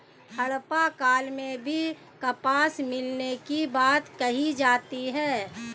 हड़प्पा काल में भी कपास मिलने की बात कही जाती है